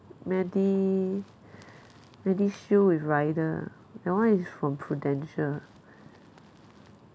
medi~ medishield with rider ah that one is from Prudential